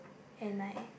and I